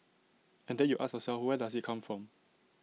and then you ask yourself where does IT come from